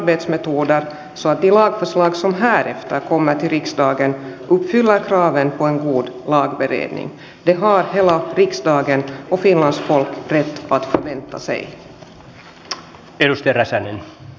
on selvää että rasismi on aina ja ehdoitta tuomittava suomalaisessa yhteiskunnassa mutta kaikkea maahanmuutto ja turvapaikkakritiikkiä ei saa leimata rasismiksi